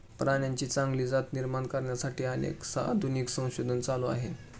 प्राण्यांची चांगली जात निर्माण करण्यासाठी अनेक आधुनिक संशोधन चालू आहे